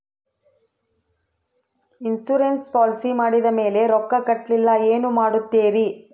Insurance policy ಮಾಡಿದ ಮೇಲೆ ರೊಕ್ಕ ಕಟ್ಟಲಿಲ್ಲ ಏನು ಮಾಡುತ್ತೇರಿ?